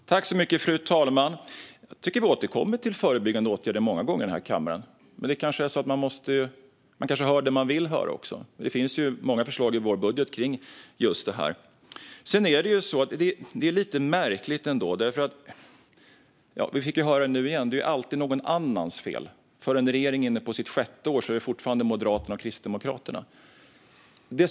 Fru talman! Jag tycker att vi här i kammaren återkommer till förebyggande åtgärder många gånger. Men man kanske hör det man vill höra. Det finns ju många förslag om just detta i vår budget. Det är lite märkligt ändå. Som vi nu fick höra är det alltid någon annans fel. Regeringen är nu inne på sitt sjätte år, men det är fortfarande Moderaternas och Kristdemokraternas fel.